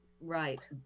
Right